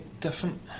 different